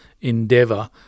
endeavour